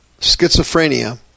schizophrenia